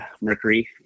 Mercury